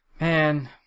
Man